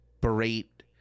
berate